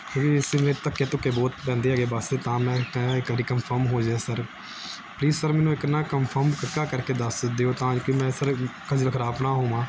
ਕਿਉਂਕਿ ਇਸ ਵਿੱਚ ਧੱਕੇ ਧੁੱਕੇ ਬਹੁਤ ਪੈਂਦੇ ਹੈਗੇ ਬਸ 'ਚ ਤਾਂ ਮੈ ਕਿਹਾ ਇਕ ਵਾਰੀ ਕਨਫਰਮ ਹੋ ਜਾਵੇ ਸਰ ਪਲੀਸ ਸਰ ਮੈਨੂੰ ਇਕ ਨਾ ਕਫਰਮ ਪੱਕਾ ਕਰਕੇ ਦੱਸ ਦਿਓ ਤਾਂ ਕਿ ਮੈਂ ਸਰ ਖੱਜਲ ਖਰਾਬ ਨਾ ਹੋਵਾਂ